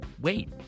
wait